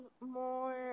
more